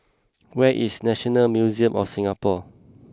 where is National Museum of Singapore